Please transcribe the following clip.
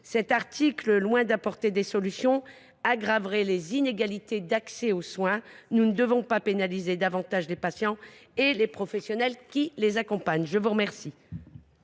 Cet article, loin d’apporter des solutions, aggrave les inégalités d’accès aux soins. Nous ne devons pas pénaliser davantage les patients et les professionnels qui les accompagnent ! L’amendement